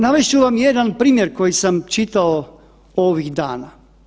Navest ću vam jedan primjer koji sam čitao ovih dana.